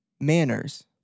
manners